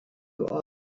are